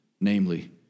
namely